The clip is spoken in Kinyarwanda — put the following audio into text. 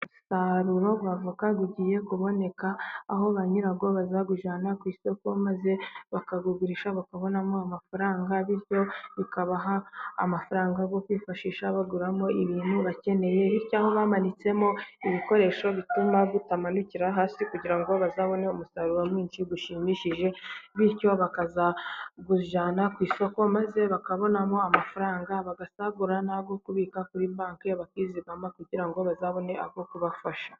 Umusaruro w'avoka ugiye kuboneka , aho banyirawo bazawujyana ku isoko , maze bakawugurisha , bakabonamo amafaranga . Bityo, bikabaha amafaranga yo kwifashisha baguramo ibintu bakeneye . Bityo aho bamanitsemo ibikoresho bituma utamanukira hasi kugira ngo bazabone umusaruro mwinshi ushimishije. Bityo , bakazawujyana ku isoko, maze bakabonamo amafaranga , bagasagura no kubika kuri banki bakizigama kugira ngo bazabone ayo kubafasha.